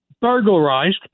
burglarized